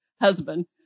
husband